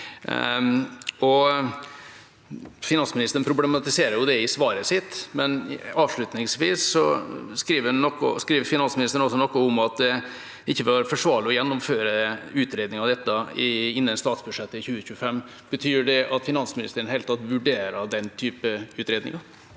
Finansministeren problematiserer det i svaret sitt, men avslutningsvis skriver han også noe om at det ikke er forsvarlig å gjennomføre utredning av dette innen statsbudsjettet for 2025. Betyr det at finansministeren i det hele tatt vurderer den type utredninger?